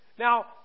Now